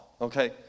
okay